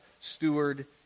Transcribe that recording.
steward